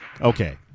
Okay